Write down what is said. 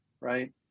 right